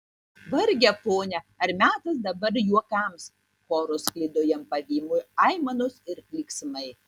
varge pone ar metas dabar juokams choru sklido jam pavymui aimanos ir klyksmai